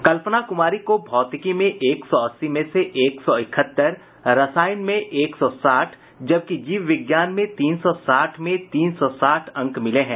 कल्पना कुमारी को भौतिकी में एक सौ अस्सी में एक सौ इकहत्तर रसायन में एक सौ साठ जबकि जीव विज्ञान में तीन सौ साठ में तीन सौ साठ अंक मिले हैं